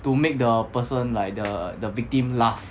to make the person like the the victim laugh